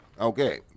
Okay